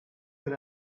that